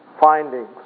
findings